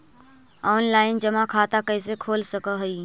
Online जमा खाता कैसे खोल सक हिय?